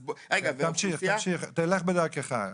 תמשיך, תמשיך, תלך בדרכך.